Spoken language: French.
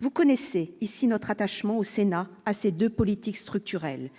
vous connaissez ici notre attachement au Sénat assez de politiques structurelles